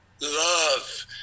love